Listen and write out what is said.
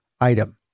item